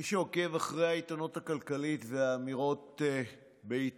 מי שעוקב אחרי העיתונות הכלכלית והאמירות בעיתונות